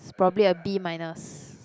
it's probably a B minus